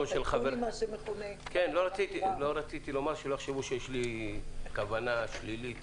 של ---- לא רציתי לומר שיש לי כוונה שלילית